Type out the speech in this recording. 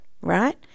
right